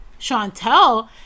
Chantel